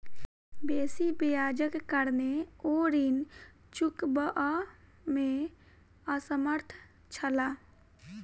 बेसी ब्याजक कारणेँ ओ ऋण चुकबअ में असमर्थ छला